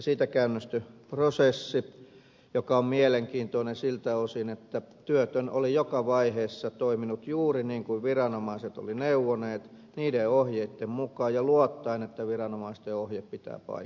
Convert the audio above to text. siitä käynnistyi prosessi joka on mielenkiintoinen siltä osin että työtön oli joka vaiheessa toiminut juuri niin kuin viranomaiset olivat neuvoneet niiden ohjeitten mukaan ja luottaen että viranomaisten ohje pitää paikkansa